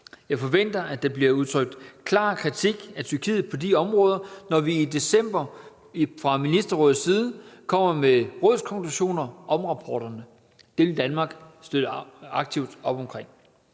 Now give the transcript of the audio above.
Jeg forventer, at der bliver udtrykt klar kritik af Tyrkiet på de områder, når vi i december fra Ministerrådets side kommer med rådskonklusioner om rapporterne. Det vil Danmark støtte aktivt op omkring.